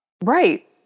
Right